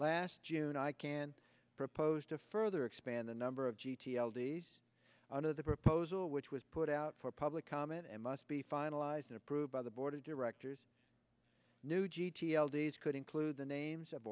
last june i can propose to further expand the number of g t l d s under the proposal which was put out for public comment and must be finalized and approved by the board of directors new g t l d's could include the names of